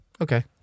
Okay